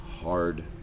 hard